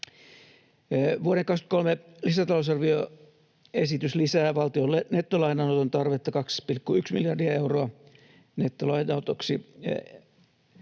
Vuoden 23 lisätalousarvioesitys lisää valtiolle nettolainanoton tarvetta 2,1 miljardia euroa. Nettolainanotoksi